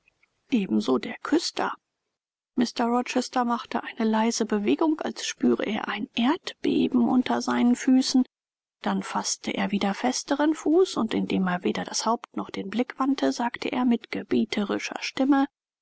ebenso der küster mr rochester machte eine leise bewegung als spüre er ein erdbeben unter seinen füßen dann faßte er wieder festeren fuß und indem er weder das haupt noch den blick wandte sagte er mit gebieterischer stimme